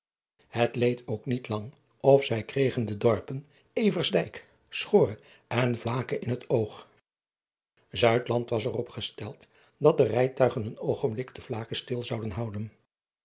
et leed ook niet lang of zij kregen de dorpen versdijk chore en lake in het oog was er op gesteld dat de rijtuigen een oogenblik te lake stil zouden houden